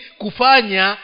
kufanya